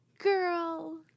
Girl